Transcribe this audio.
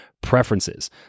preferences